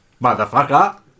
motherfucker